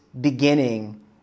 beginning